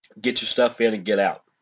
get-your-stuff-in-and-get-out